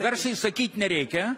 garsiai sakyt nereikia